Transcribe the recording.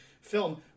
film